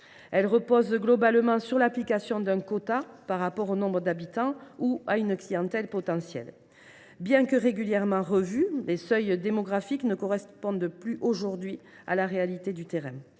Elle repose globalement sur l’application d’un quota par rapport au nombre d’habitants ou à une clientèle potentielle. Bien qu’ils soient régulièrement revus, les seuils démographiques ne correspondent plus, aujourd’hui, à la réalité du terrain.